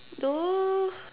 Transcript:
no